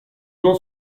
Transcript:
n’en